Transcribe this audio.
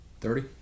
Thirty